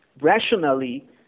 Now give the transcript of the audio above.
rationally